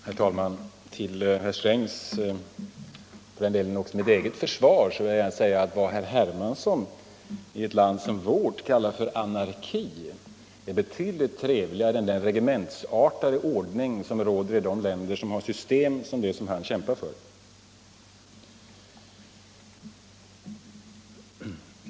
Herr talman! Till herr Strängs, och mitt eget också för den delen, försvar vill jag säga att vad herr Hermansson i ett land som vårt kallar för anarki är betydligt trevligare än den regementsartade ordning som råder i de länder som har system som det som han kämpar för.